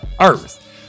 earth